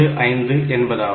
75 என்பதாகும்